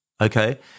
Okay